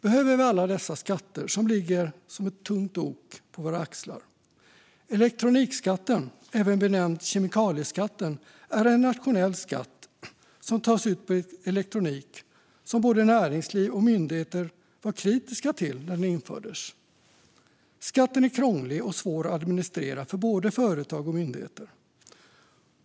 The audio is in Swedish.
Behöver vi alla dessa skatter som ligger som ett tungt ok på våra axlar? Elektronikskatten, även benämnd kemikalieskatten, är en nationell skatt som tas ut på elektronik och som både näringsliv och myndigheter var kritiska till när den infördes. Skatten är krånglig och svår att administrera för både företag och myndigheter.